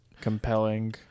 compelling